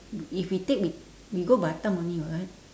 if we take we we go batam only [what]